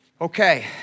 Okay